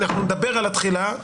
אנחנו נדבר על התחילה.